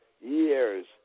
years